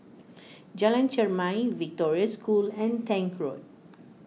Jalan Chermai Victoria School and Tank Road